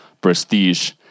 prestige